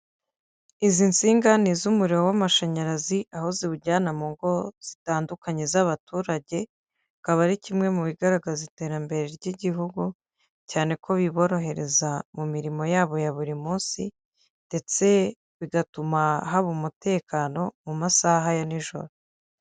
Izi nsinga ni iz'umuriro w'amashanyarazi, aho ziwujyana mu ngo zitandukanye z'abaturage, akaba ari kimwe mu bigaragaza iterambere ry'Igihugu cyane ko biborohereza mu mirimo yabo ya buri munsi ndetse bigatuma haba umutekano mu masaha ya nijoro.